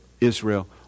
Israel